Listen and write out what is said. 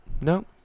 No